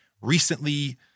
recently